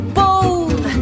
bold